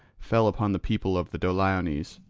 fell upon the people of the doliones.